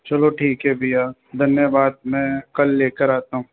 चलो ठीक है भैया धन्यवाद मैं कल लेकर आता हूँ